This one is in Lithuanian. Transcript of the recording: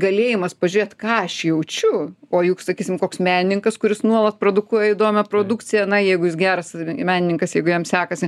galėjimas pažiūrėt ką aš jaučiu o juk sakysim koks menininkas kuris nuolat produkuoja įdomią produkciją na jeigu jis geras menininkas jeigu jam sekasi